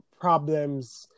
problems